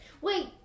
wait